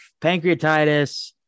pancreatitis